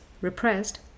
repressed